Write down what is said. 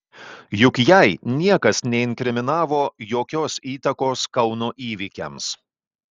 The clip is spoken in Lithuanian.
juk jai niekas neinkriminavo jokios įtakos kauno įvykiams